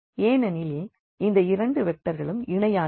ஏனெனில் இந்த இரண்டு வெக்டர்களும் இணையானவை